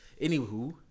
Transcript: Anywho